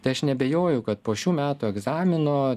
tai aš neabejoju kad po šių metų egzamino